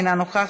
אינה נוכחת,